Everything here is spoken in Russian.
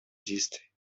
действий